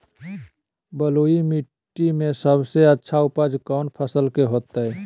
बलुई मिट्टी में सबसे अच्छा उपज कौन फसल के होतय?